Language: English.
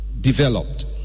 developed